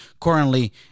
currently